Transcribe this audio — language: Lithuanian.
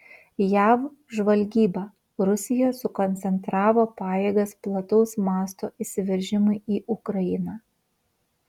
jav žvalgyba rusija sukoncentravo pajėgas plataus mąsto įsiveržimui į ukrainą